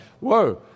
Whoa